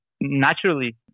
naturally